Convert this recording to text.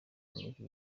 n’iki